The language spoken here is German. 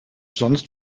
sonst